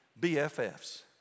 BFFs